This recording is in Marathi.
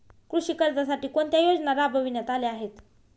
कृषी कर्जासाठी कोणत्या योजना राबविण्यात आल्या आहेत?